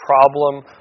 problem